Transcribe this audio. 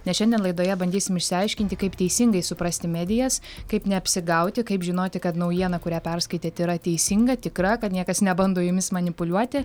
nes šiandien laidoje bandysim išsiaiškinti kaip teisingai suprasti medijas kaip neapsigauti kaip žinoti kad naujiena kurią perskaitėt yra teisinga tikra kad niekas nebando jumis manipuliuoti